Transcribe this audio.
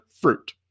fruit